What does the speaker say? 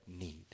need